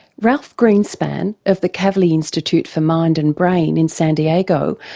ralph greenspan of the kavli institute for mind and brain in san diego,